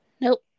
Nope